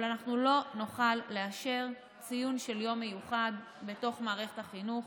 אבל אנחנו לא נוכל לאשר ציון של יום מיוחד בתוך מערכת החינוך.